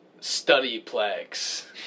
studyplex